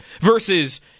Versus